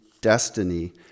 destiny